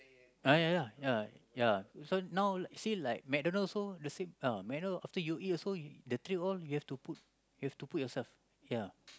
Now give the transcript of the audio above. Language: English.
uh ya ya so now see like MacDonalds' also the same uh MacDonald's after you eat also the tray all you have to put you have to put yourself